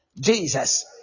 Jesus